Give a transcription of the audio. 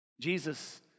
Jesus